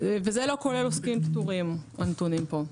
לא כולל עוסקים פטורים הנתונים פה.